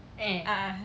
eh